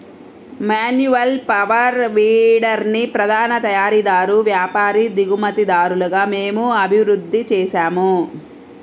manual power వీడర్ని ప్రధాన తయారీదారు, వ్యాపారి, దిగుమతిదారుగా మేము అభివృద్ధి చేసాము